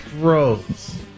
Gross